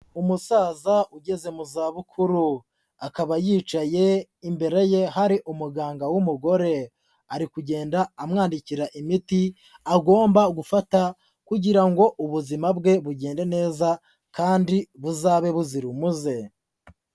Umusaza ugeze mu za bukuru akaba yicaye imbere ye hari umuganga w'umugore, ari kugenda amwandikira imiti agomba gufata kugira ngo ubuzima bwe bugende neza kandi buzabe buzira umuze.